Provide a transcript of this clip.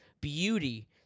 beauty